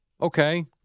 Okay